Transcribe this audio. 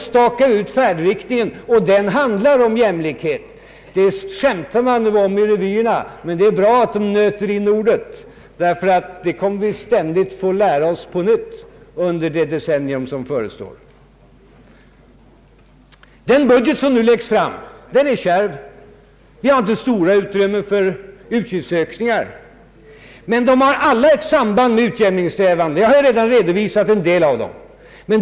Där stakade vi ut färdriktningen, som går mot jämlikhet. Man skämtar om jämlikheten i revyerna, men det är bra att ordet nöts in. Vi kommer att ständigt få lära oss det på nytt under det nyss påbörjade decenniet. Den budget som nu läggs fram är kärv. Vi har inte stora utrymmen för utgiftsökningar, men de som finns har alla ett samband med utjämningssträvanden. Jag har redan redovisat en del av dem.